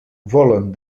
volen